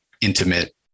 intimate